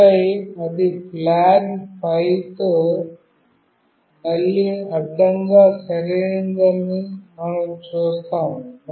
ఆపై అది ఫ్లాగ్ 5 తో మళ్ళీ అడ్డంగా సరైనదని మనం చూస్తాము